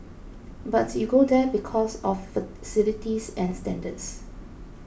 but you go there because of facilities and standards